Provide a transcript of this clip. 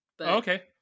Okay